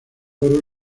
oro